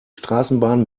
straßenbahn